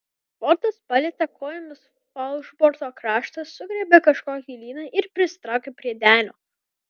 fordas palietė kojomis falšborto kraštą sugriebė kažkokį lyną ir prisitraukė prie denio